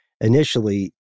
initially